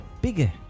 Bigger